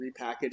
repackaged